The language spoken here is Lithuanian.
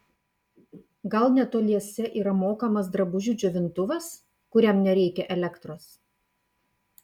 gal netoliese yra mokamas drabužių džiovintuvas kuriam nereikia elektros